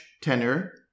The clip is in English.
tenor